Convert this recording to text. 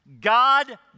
God